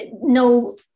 no